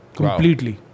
Completely